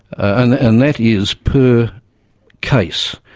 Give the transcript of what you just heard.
and and that is per case,